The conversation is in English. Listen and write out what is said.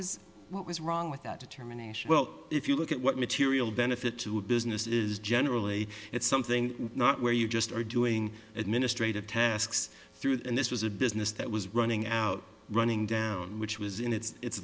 was what was wrong with that determination well if you look at what material benefit to a business is generally it's something not where you just are doing administrative tasks through and this was a business that was running out running down which was in it